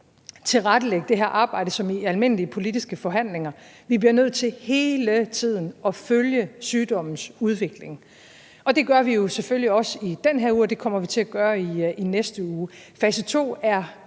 tilrettelægge det her arbejde som i almindelige politiske forhandlinger. Vi bliver nødt til hele tiden at følge sygdommens udvikling, og det gør vi jo selvfølgelig også i den her uge, og det kommer vi til at gøre i næste uge. Fase to er